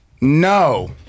No